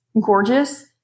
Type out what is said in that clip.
gorgeous